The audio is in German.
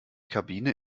kabine